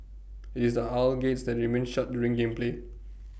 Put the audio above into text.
IT is the aisle gates that remain shut during game play